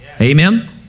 Amen